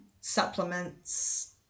supplements